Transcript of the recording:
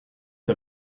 est